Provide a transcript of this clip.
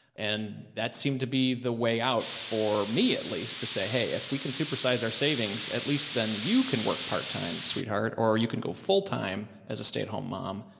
and that seemed to be the way out for me at least to say, hey, if we can supersize our savings, at least then you can work part time sweetheart, or you can go full time as a stay at home. mom.